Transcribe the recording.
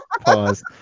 pause